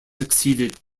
succeeded